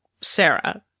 Sarah